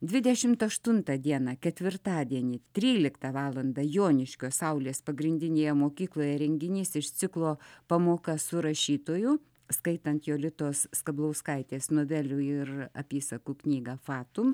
dvidešimt aštuntą dieną ketvirtadienį tryliktą valandą joniškio saulės pagrindinėje mokykloje renginys iš ciklo pamoka su rašytoju skaitant jolitos skablauskaitės novelių ir apysakų knygą fatum